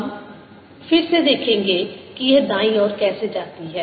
हम फिर से देखेंगे कि यह दाईं ओर कैसे जाती है